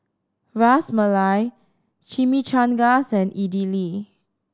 Ras Malai Chimichangas and Idili